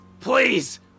please